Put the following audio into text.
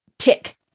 tick